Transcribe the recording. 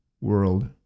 world